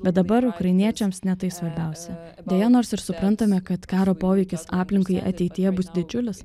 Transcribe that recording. bet dabar ukrainiečiams ne tai svarbiausia deja nors ir suprantame kad karo poveikis aplinkai ateityje bus didžiulis